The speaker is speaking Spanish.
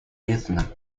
edna